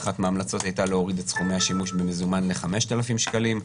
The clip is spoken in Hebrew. ואחת מהמלצות הייתה להוריד את סכומי השימוש במזומן ל-5,000 שקלים.